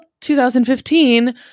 2015